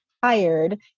tired